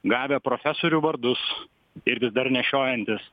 gavę profesorių vardus ir vis dar nešiojantys